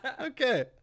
Okay